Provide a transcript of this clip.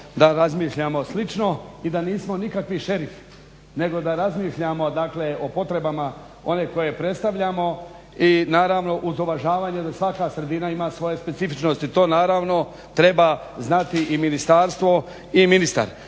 da razmišljamo slično i da nismo nikakvi šerifi nego da razmišljamo dakle o potrebama one koje predstavljamo i naravno uz uvažavanje da svaka sredina ima svoje specifičnosti. To naravno treba znati i ministarstvo i ministar.